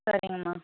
சரிங்கம்மா